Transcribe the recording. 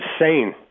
insane